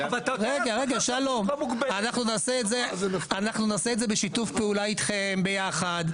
אנחנו נעשה את זה בשיתוף פעולה איתכם ביחד.